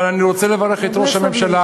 אבל אני רוצה לברך את ראש הממשלה.